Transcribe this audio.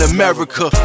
America